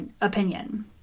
opinion